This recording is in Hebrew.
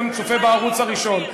גם צופה בערוץ הראשון.